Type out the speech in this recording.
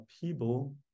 people